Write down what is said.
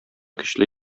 көчле